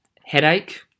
headache